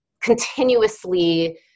continuously